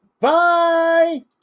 Bye